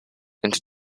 into